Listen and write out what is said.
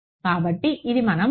కాబట్టి ఇది మన మూలం